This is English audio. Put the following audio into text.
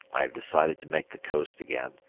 i have decided to make the coast again,